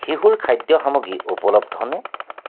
শিশুৰ খাদ্য সামগ্ৰী উপলব্ধনে